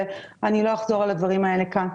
לא אחזור על הדברים האלה כאן.